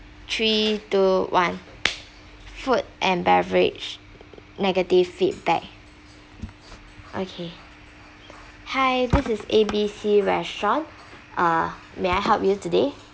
three two one food and beverage negative feedback okay hi this is A B C restaurant uh may I help you today